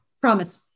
Promise